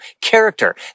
Character